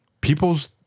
people's